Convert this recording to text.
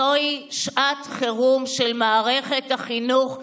זוהי שעת חירום של מערכת החינוך שלנו,